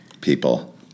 People